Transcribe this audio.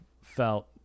felt